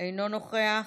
אינו נוכח,